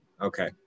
Okay